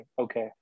okay